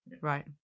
Right